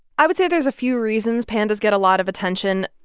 i would say there's a few reasons pandas get a lot of attention.